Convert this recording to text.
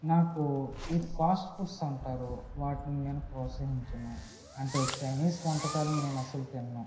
నాకు ఈ fast foods అంటారు వాటిని నేను ప్రోత్సహించను అంటే చైనీస్ వంటకాలను నేను అసలు తినను